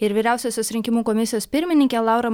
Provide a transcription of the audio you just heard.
ir vyriausiosios rinkimų komisijos pirmininkė laura